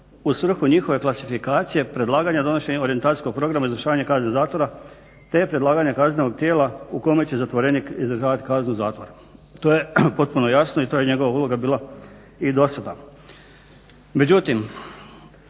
u svrhu njihove klasifikacije predlaganja donošenja orijentacijskog programa izvršavanja kazne zatvora te predlaganje kaznenog tijela u kome će zatvorenik izdržavati kaznu zatvora. To je potpuno jasno i to je njegova uloga bila i do sada.